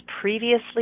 previously